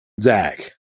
Zach